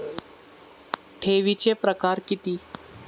ठेवीचे प्रकार किती?